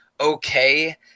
okay